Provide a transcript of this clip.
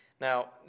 Now